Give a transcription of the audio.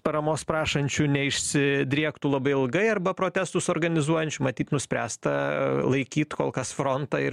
paramos prašančių neišsi driektų labai ilga arba protestus organizuojančių matyt nuspręsta laikyti kol kas frontą ir man